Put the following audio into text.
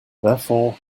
therefore